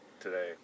today